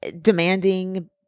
demanding